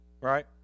right